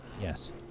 yes